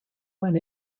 when